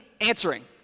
answering